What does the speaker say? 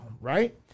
Right